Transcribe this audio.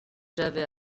j’avais